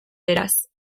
beraz